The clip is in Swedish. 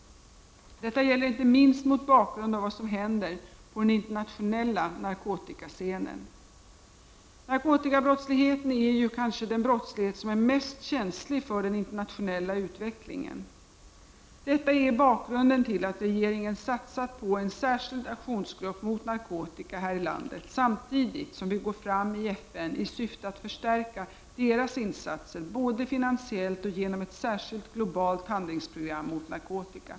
Detta gäller inte minst mot bakgrund av vad som händer på den internationella narkotikascenen. Narkotikabrottsligheten är ju kanske den brottslighet som är mest känslig för den internationella utvecklingen. Detta är bakgrunden till att regeringen satsat på en särskild aktionsgrupp inom narkotika här i landet samtidigt som vi går fram i FN i syfte att förstärka deras insatser, både finansiellt och genom ett särskilt globalt handlingsprogram mot narkotika.